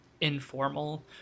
informal